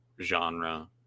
genre